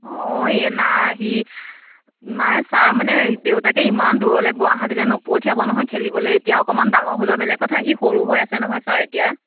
অঁ এই নাই সি নাই ছাৰ মানে দেউতাকে ইমান দূৰলৈ গুৱাহাটীলৈ নপঠিয়াব নহয় খেলিবলৈ এতিয়া অকণমান ডাঙৰ হ'লেও বেলেগ কথা সি সৰু হৈ আছে নহয় ছাৰ এতিয়া